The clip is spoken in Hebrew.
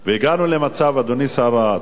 הגענו למצב שאמרנו,